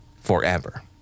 forever